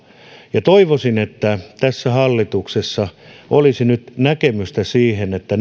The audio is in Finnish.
toivoisin että tässä hallituksessa olisi nyt näkemystä siihen että